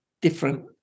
different